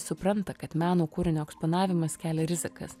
supranta kad meno kūrinio eksponavimas kelia rizikas